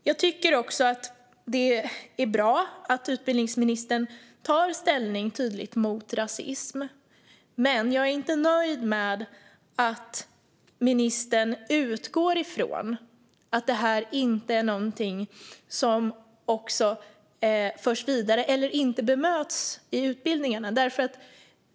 Jag tycker att det är bra att utbildningsministern tar tydlig ställning mot rasism, men jag är inte nöjd med att ministern utgår från att rasism är något som bemöts och inte förs vidare i utbildningarna.